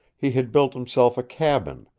he had built himself a cabin,